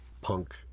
punk